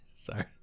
Sorry